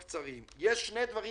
יש שני דברים